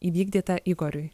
įvykdyta igoriui